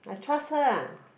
I trust her ah